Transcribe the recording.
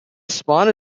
spot